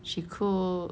she cooked